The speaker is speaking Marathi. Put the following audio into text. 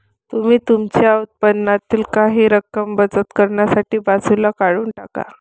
तुम्ही तुमच्या उत्पन्नातील काही रक्कम बचत करण्यासाठी बाजूला काढून टाका